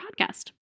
podcast